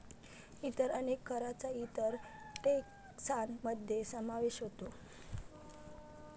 इतर अनेक करांचा इतर टेक्सान मध्ये समावेश होतो